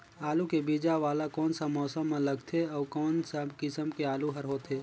आलू के बीजा वाला कोन सा मौसम म लगथे अउ कोन सा किसम के आलू हर होथे?